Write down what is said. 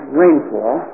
rainfall